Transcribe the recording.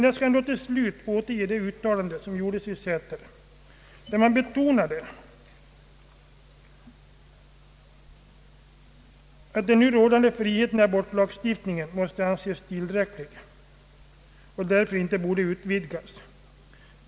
Jag skall till slut återge det uttalande som gjordes i Säter, i vilket uttalande betonades att den nu rådande abortlagstiftningen måste anses tillräcklig och därför inte borde utvidgas.